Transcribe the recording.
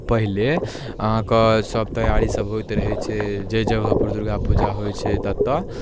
पहिले अहाँके सभ तैयारीसभ होइत रहै छै जाहि जगहपर दुर्गा पूजा होइ छै ततय